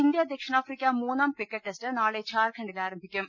India ദക്ഷിണാഫ്രിക്ക മൂന്നാം cricket test നാളെ ഝാർഖ ണ്ഡിൽ ആരംഭിക്കും